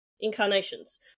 incarnations